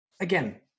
Again